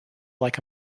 like